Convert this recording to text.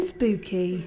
Spooky